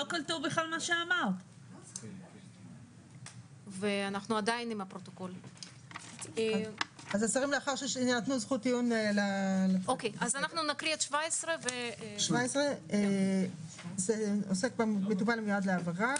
17. סעיף 17 עוסק במטופל המיועד להעברה.